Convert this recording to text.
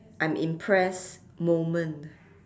I'm impressed moment